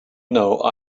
know